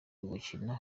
ugukina